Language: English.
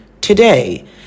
today